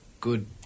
good